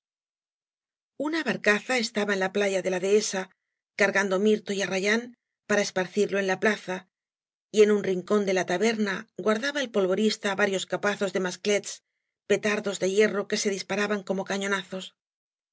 una barcaza estaba eii la playa da la dehesa cargando mirto y arrayáa para esparcirlo en ia plaza y ea ua riacóa de la íabcrna guardaba el polvorista varioi capazos da masclets petardos de hierro que se disparabaa cooao cañoaazos